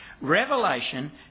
Revelation